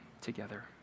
together